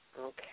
Okay